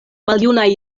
maljunaj